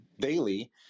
daily